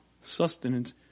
sustenance